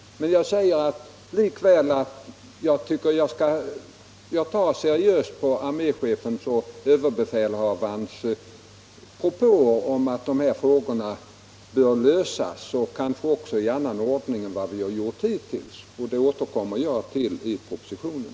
Men likväl tar jag seriöst på arméchefens och överbefälhavarens propåer om att de här frågorna bör lösas, kanske också i annan ordning än som skett hittills, och det återkommer jag till i propositionen.